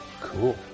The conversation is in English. Cool